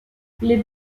les